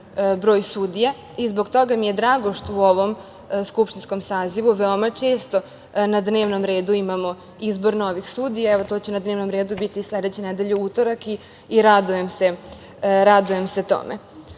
broj sudija i zbog toga mi je drago što u ovom skupštinskom sazivu veoma često na dnevnom redu imamo izbor novih sudija. Evo, to će na dnevnom redu biti sledeće nedelje, u utorak, i radujem se